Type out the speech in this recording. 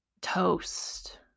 toast